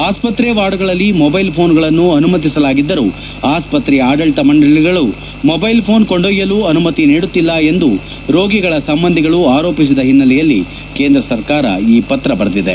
ಆಸ್ಪತ್ರೆ ವಾರ್ಡ್ಗಳಲ್ಲಿ ಮೊಬೈಲ್ ಪೋನ್ಗಳನ್ನು ಅನುಮತಿಸಲಾಗಿದ್ದರೂ ಆಸ್ಪತ್ರೆಯ ಆಡಳಿತ ಮಂಡಳಿಗಳು ಮೊಬೈಲ್ ಪೋನ್ ಕೊಂಡೊಯ್ಲಲು ಅನುಮತಿ ನೀಡುತ್ತಿಲ್ಲ ಎಂದು ರೋಗಿಗಳ ಸಂಬಂಧಿಗಳು ಆರೋಪಿಸಿದ ಹಿನ್ನೆಲೆಯಲ್ಲಿ ಕೇಂದ್ರ ಸರ್ಕಾರ ಈ ಪತ್ರ ಬರೆದಿದೆ